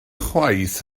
chwaith